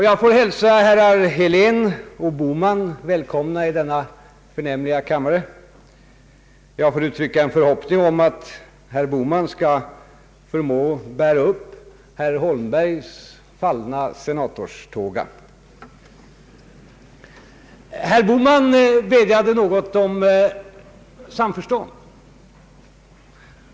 Jag hälsar herrar Helén och Bohman välkomna i denna förnämliga kammare, och jag uttrycker en förhoppning om att herr Bohman skall förmå bära upp herr Holmbergs fallna senatorstoga. Herr Bohman vädjade något om samförstånd.